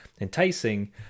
enticing